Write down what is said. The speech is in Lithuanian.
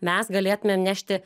mes galėtumėm nešti